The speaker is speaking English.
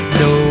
no